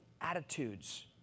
attitudes